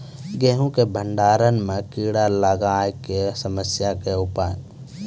गेहूँ के भंडारण मे कीड़ा लागय के समस्या के उपाय?